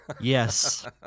Yes